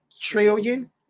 trillion